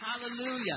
Hallelujah